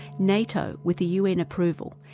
nato, with the un approval,